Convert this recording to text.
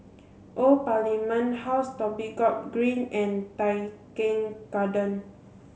old Parliament House Dhoby Ghaut Green and Tai Keng Garden